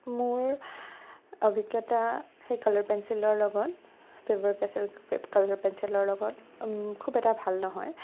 মোৰ অভিজ্ঞতা সেই কালাৰ পেঞ্চিলৰ লগত ফেবাৰ কেচেল কালাৰ পেঞ্চিলৰ লগত খুব এটা ভাল নহয়